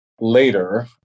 later